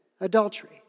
adultery